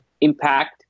impact